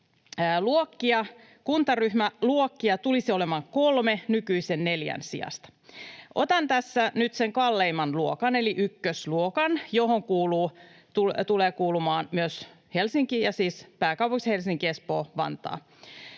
kuntaryhmäluokkia, tulisi olemaan kolme nykyisen neljän sijasta. Otan tässä nyt sen kalleimman luokan eli ykkösluokan, johon tulee kuulumaan myös Helsinki, siis pääkaupunkiseutu Helsinki, Espoo, Vantaa.